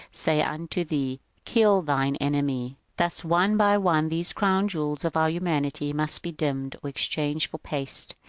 say unto thee, kill thine enemy thus one by one these crown-jewels of our humanity must be dimmed or exchanged for paste.